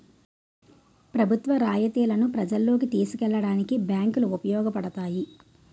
ప్రభుత్వ రాయితీలను ప్రజల్లోకి తీసుకెళ్లడానికి బ్యాంకులు ఉపయోగపడతాయి